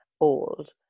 old